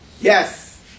yes